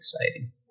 exciting